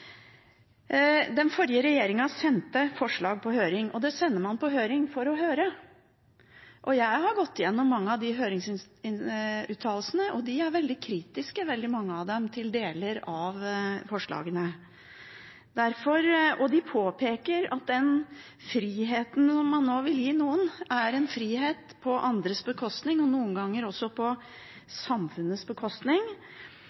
Den forrige regjeringen sendte forslag på høring. Og man sender på høring for å høre. Jeg har gått gjennom mange av høringsuttalelsene, og mange av dem er veldig kritiske til deler av forslaget. De påpeker at den friheten som man nå vil gi noen, er en frihet på andres bekostning – noen ganger også